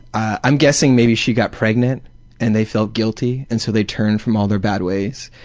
i'm guessing maybe she got pregnant and they felt guilty and so they turned from all their bad ways,